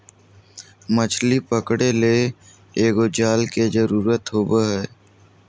मछली पकरे ले एगो जाल के जरुरत होबो हइ